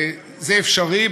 זה אפשרי,